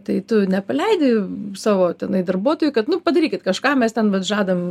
tai tu nepaleidi savo tenai darbuotojų kad nu padarykit kažką mes ten vat žadam